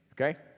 okay